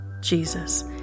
Jesus